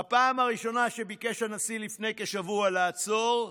בפעם הראשונה, כשביקש הנשיא לפני כשבוע לעצור,